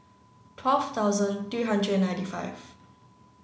twelfth thousand three hundred ninty five